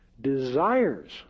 desires